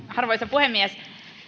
puhemies